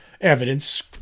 evidence